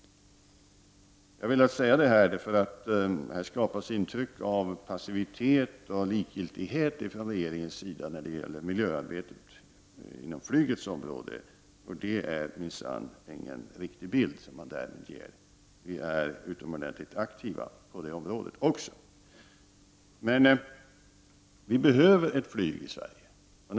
Jag har velat säga detta därför att här skapas intryck av passivitet och likgiltighet från regeringens sida för miljöarbetet inom flygets område. Det är minsann ingen riktig bild som ges. Vi är utomordentligt aktiva på det området också. Vi behöver ett flyg i Sverige.